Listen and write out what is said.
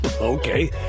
Okay